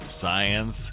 science